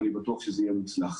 ואני בטוח שזה יהיה מוצלח.